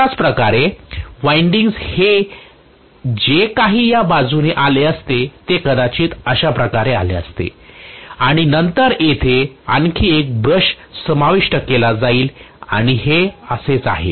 अशाचप्रकारे वायंडिंग्स जे काही या बाजूने आले असते ते कदाचित अशा प्रकारे आले असते आणि नंतर येथे आणखी एक ब्रश समाविष्ट केला जाईल आणि हे असेच आहे